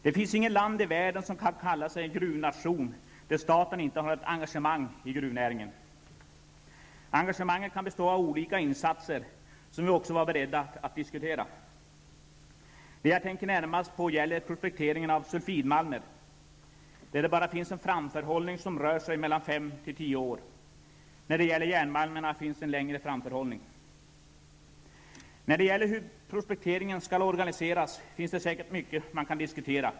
Det finns inget land i världen som kan kallas gruvnation där staten inte har ett engagemang i gruvnäringen. Engagemanget kan bestå av olika insatser, som vi också var beredda att diskutera. Det jag tänker närmast på gäller prospektering av sulfidmalmer, där det bara finns en framförhållning på mellan fem och tio år. När det gäller järnmalm finns en längre framförhållning. I frågan om hur prospekteringen skall organiseras finns det säkert mycket man kan diskutera.